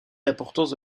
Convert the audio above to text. l’importance